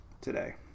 today